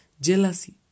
jealousy